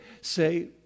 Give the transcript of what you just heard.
say